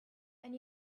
and